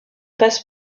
passe